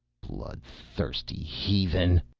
bloodthirsty heathen.